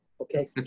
Okay